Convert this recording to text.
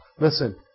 Listen